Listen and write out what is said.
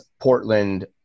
portland